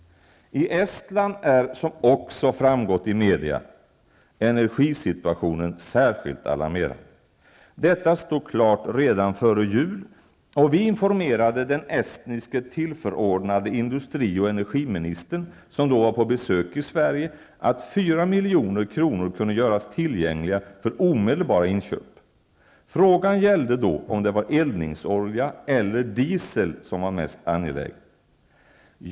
I Estland är, som också framgått i media, energisituationen särskilt alarmerande. Detta stod klart redan före jul, och vi informerade den estniske tillförordnade industri och energiministern som då var på besök i Sverige att 4 milj.kr. kunde göras tillgängliga för omedelbara inköp. Frågan gällde då om det var eldningsolja eller diesel som var mest angeläget.